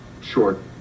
short